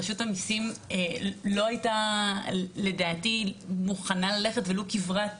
רשות המיסים לא הייתה לדעתי מוכנה ללכת ולו כברת